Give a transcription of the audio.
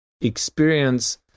experience